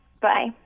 Bye